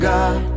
God